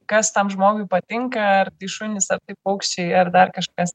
kas tam žmogui patinka ar tai šunys ar tai paukščiai ar dar kažkas